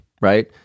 right